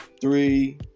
three